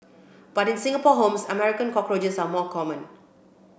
but in Singapore homes American cockroaches are more common